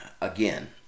Again